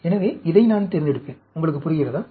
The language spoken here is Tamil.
எனவே இதை நான் தேர்ந்தெடுப்பேன் உங்களுக்கு புரிகிறதா